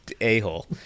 a-hole